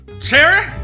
Cherry